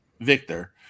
Victor